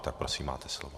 Tak prosím, máte slovo.